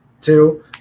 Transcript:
Two